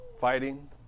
fighting